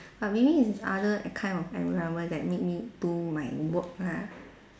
but maybe is other kind of environment that make me do my work lah